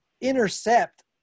intercept